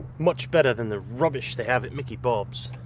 much better than the rubbish they have at mickey bob's.